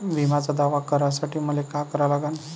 बिम्याचा दावा करा साठी मले का करा लागन?